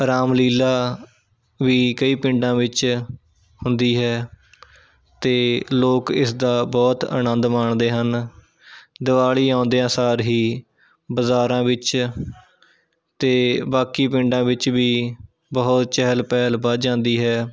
ਰਾਮ ਲੀਲਾ ਵੀ ਕਈ ਪਿੰਡਾਂ ਵਿੱਚ ਹੁੰਦੀ ਹੈ ਅਤੇ ਲੋਕ ਇਸ ਦਾ ਬਹੁਤ ਅਨੰਦ ਮਾਣਦੇ ਹਨ ਦੀਵਾਲੀ ਆਉਂਦਿਆ ਸਾਰ ਹੀ ਬਜ਼ਾਰਾਂ ਵਿੱਚ ਅਤੇ ਬਾਕੀ ਪਿੰਡਾਂ ਵਿੱਚ ਵੀ ਬਹੁਤ ਚਹਿਲ ਪਹਿਲ ਵੱਧ ਜਾਂਦੀ ਹੈ